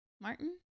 Martin